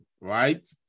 right